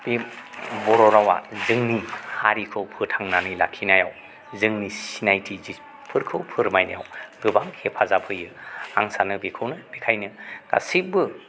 बे बर' रावआ जोंनि हारिखौ फोथांनानै लाखिनायाव जोंनि सिनायथिफोरखौ फोरमायनायाव गोबां हेफाजाब होयो आं सानो बेखौनो बेनिखायनो गासैबो